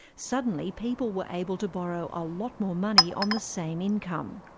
suddenly, people were able to borrow a lot more money on the same income.